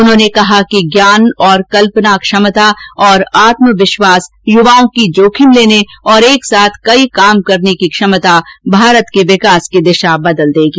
उन्होंने कहा कि ज्ञान और कल्पना क्षमता और आत्मविश्वास युवाओं की जोखिम लेने और एक साथ कई काम करने की क्षमता भारत के विकास की दिशा बदल देगी